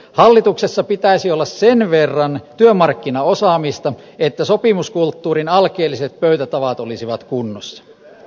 hallituksessa pitäisi olla sen verran työmarkkinaosaamista että sopimiskulttuurin alkeelliset pöytätavat olisivat kunnossa